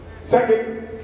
second